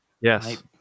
Yes